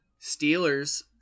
Steelers